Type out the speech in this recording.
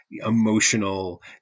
Emotional